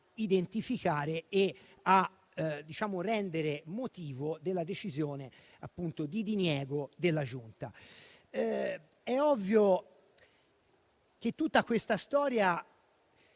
identificare e a rendere motivo della decisione di diniego della Giunta. È ovvio che tutta questa storia